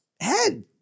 head